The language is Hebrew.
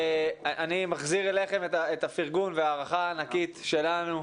אני מחזיר אליכם את הפרגון ואת ההערכה הענקית שלנו,